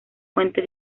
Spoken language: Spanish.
fuente